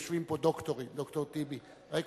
יושבים פה דוקטורים, ד"ר טיבי.